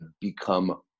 become